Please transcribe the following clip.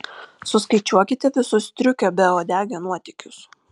suskaičiuokite visus striukio beuodegio nuotykius